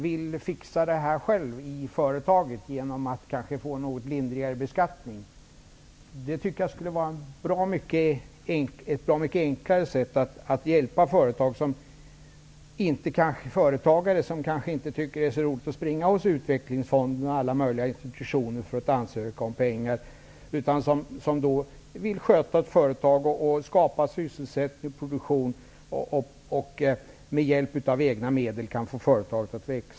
Jag tycker att ett bra mycket enklare sätt vore att något lindra beskattningen av småföretagen, så att de själva kan ''fixa fram'' riskkapital. Småföretagarna tycker kanske inte att det är så roligt att vända sig till utvecklingsfonderna och alla möjliga andra institutioner och ansöka om pengar, utan de vill med egna medel få företagen att växa och därmed skapa ökad produktion och sysselsättning.